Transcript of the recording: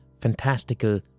fantastical